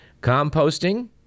composting